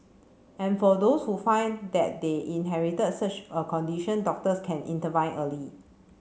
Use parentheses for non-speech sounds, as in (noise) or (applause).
and for those who find that they inherited such a condition doctors can (unintelligible) early